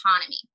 autonomy